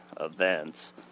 events